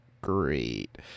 great